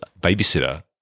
babysitter